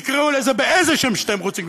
תקראו לזה באיזה שם שאתם רוצים,